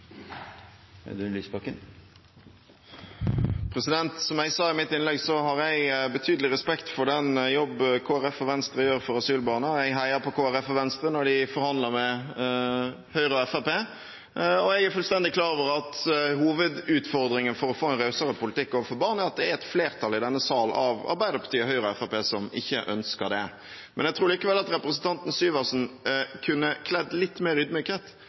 Som jeg sa i mitt innlegg, har jeg betydelig respekt for den jobben Kristelig Folkeparti og Venstre gjør for asylbarna. Jeg heier på Kristelig Folkeparti og Venstre når de forhandler med Høyre og Fremskrittspartiet, og jeg er fullstendig klar over at hovedutfordringen for å få en rausere politikk overfor barn er at det er et flertall i denne sal – Arbeiderpartiet, Høyre og Fremskrittspartiet – som ikke ønsker det. Men jeg tror likevel at representanten Syversen kunne kledd litt mer